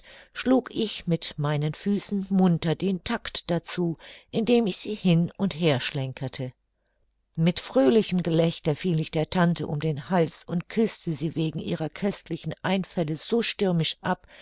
schlug ich mit meinen füßen munter den takt dazu indem ich sie hin und her schlenkerte mit fröhlichem gelächter fiel ich der tante um den hals und küßte sie wegen ihrer köstlichen einfälle so stürmisch ab